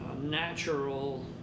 natural